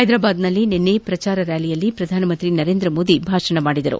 ಹೈದರಾಬಾದ್ನಲ್ಲಿ ನಿನ್ವೆ ಪ್ರಚಾರ ರ್ಯಾಲಿಯಲ್ಲಿ ಪ್ರಧಾನಿ ನರೇಂದ್ರ ಮೋದಿ ಭಾಷಣ ಮಾಡಿದರು